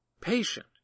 patient